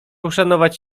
uszanować